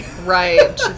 Right